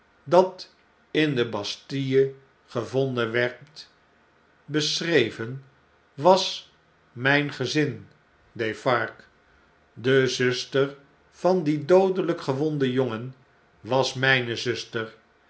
dat in de basmue gevonden werd beschreven was mijn gezii defarge de zuster van dien doodelijk gewonden jongen was mjjne zuster